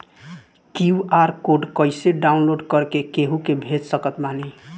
QR code कइसे download कर के केहु के भेज सकत बानी?